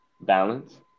balance